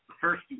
first